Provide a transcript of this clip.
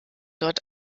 dort